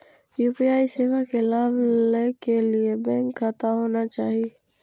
UPI सेवा के लाभ लै के लिए बैंक खाता होना चाहि?